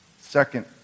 Second